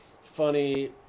funny